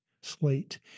slate